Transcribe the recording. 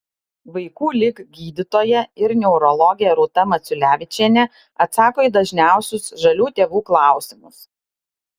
vaikų lig gydytoja ir neurologė rūta maciulevičienė atsako į dažniausius žalių tėvų klausimus